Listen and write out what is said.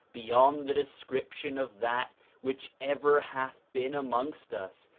beyond the description of that which ever hath been amongst us,